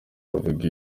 bavuga